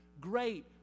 great